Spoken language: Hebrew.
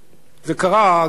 אגב,